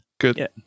Good